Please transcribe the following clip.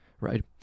right